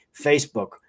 Facebook